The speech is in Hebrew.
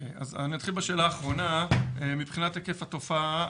מה היקף התופעה.